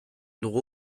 dugu